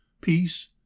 peace